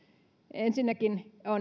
ensinnäkin on